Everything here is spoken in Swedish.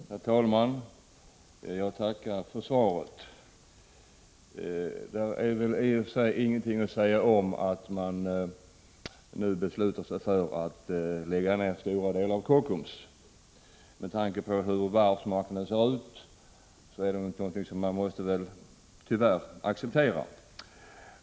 Herr talman! Jag tackar för svaret. Det är väl i och för sig ingenting att säga om att man nu beslutat sig för att lägga ned stora delar av Kockums. Med tanke på hur varvsmarknaden ser ut är detta något som man tyvärr måste acceptera.